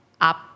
up